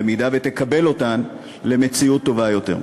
במידה שתקבל אותן, למציאות טובה יותר.